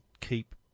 keep